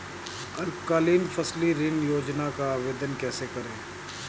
अल्पकालीन फसली ऋण योजना का आवेदन कैसे करें?